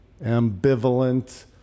ambivalent